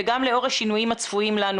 וגם לאור השינויים הצפויים לנו,